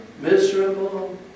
miserable